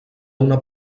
una